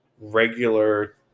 regular